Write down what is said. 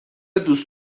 دوست